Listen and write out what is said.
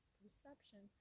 perception